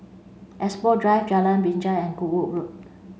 Expo Drive Jalan Binjai and Goodwood Road